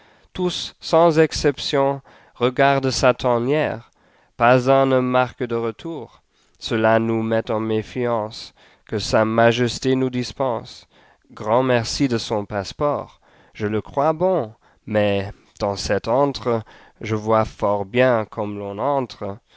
tous sans exception regardent sa lanière pas un ne marque de retour cela nous met en méfiance que sa majesté nous dispense r ïables grand merci de son passe-port je je crois bon mais dans cet antre je vois fort bien comme l'on entre